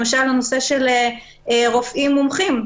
למשל, הנושא של רופאים מומחים.